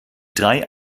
drei